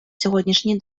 сьогоднішній